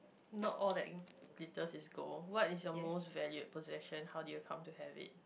not all that glitters is gold what is your most valued possession how did you come to have it